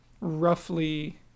roughly